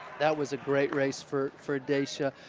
that was a great race for for daysha.